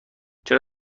چرا